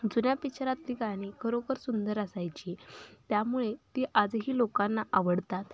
जुन्या पिक्चरातली गाणी खरोखर सुंदर असायची त्यामुळे ती आजही लोकांना आवडतात